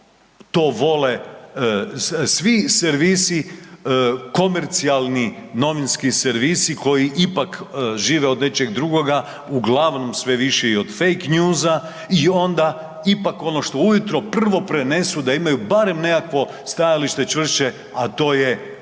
to vole svi servisi komercijalni, novinski servisi koji ipak žive od nečeg drugoga, uglavnom sve više i od fake newsa i onda ipak ono što ujutro prvo prenesu da imaju barem nekakvo stajalište čvršće a to je HINA.